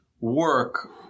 work